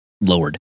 lowered